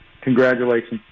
congratulations